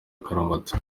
akaramata